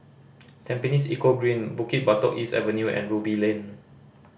Tampines Eco Green Bukit Batok East Avenue and Ruby Lane